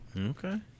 Okay